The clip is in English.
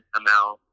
amount